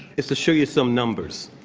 it's to show you some numbers.